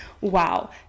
Wow